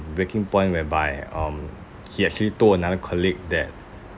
breaking point whereby um he actually told another colleague that